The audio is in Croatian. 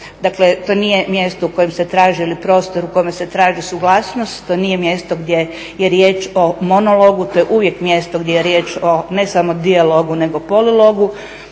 Dakle, to nije mjesto u kojem se traži prostor, u kojem se traži suglasnost, to nije mjesto gdje je riječ o monologu, to je uvijek mjesto gdje je riječ, ne samo o dijalogu, nego polulogu.